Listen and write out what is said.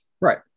Right